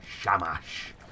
Shamash